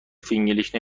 فینگلیش